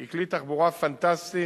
היא כלי תחבורה פנטסטי